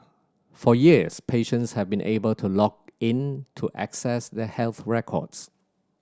for years patients have been able to log in to access their health records